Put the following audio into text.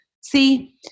See